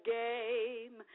game